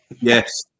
Yes